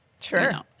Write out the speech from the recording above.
Sure